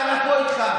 ואני פה איתך.